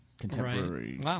contemporary